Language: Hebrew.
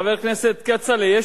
חבר הכנסת כצל'ה,